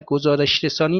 گزارشرسانی